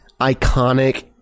iconic